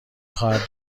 خواهد